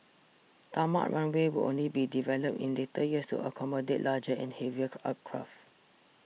tarmac runways would only be developed in later years to accommodate larger and heavier aircraft